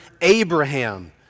Abraham